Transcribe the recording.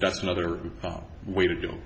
that's another way to do